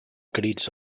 crits